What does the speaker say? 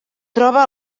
troba